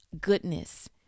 goodness